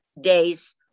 days